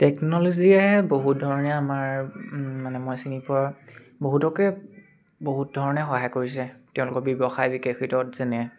টেকন'ল'জিয়ে বহুত ধৰণে আমাৰ মানে মই চিনি পোৱাৰ বহুতকে বহুত ধৰণে সহায় কৰিছে তেওঁলোকৰ ব্যৱসায় বিকশিতত যেনে